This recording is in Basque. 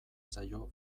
zaio